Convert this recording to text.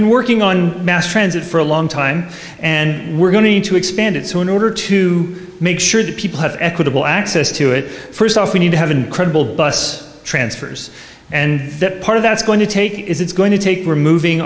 been working on mass transit for a long time and we're going to expand it so in order to make sure that people have equitable access to it st off we need to have a credible bus transfers and that part of that is going to take it's going to take removing